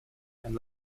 and